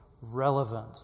relevant